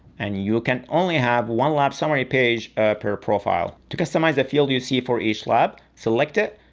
and you can only have one lap summary page per profile. to customize the field you see for each lap, select it,